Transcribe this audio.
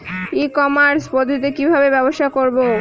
ই commerce পদ্ধতিতে কি ভাবে ব্যবসা করব?